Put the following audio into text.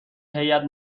هیات